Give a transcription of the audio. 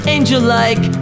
Angel-like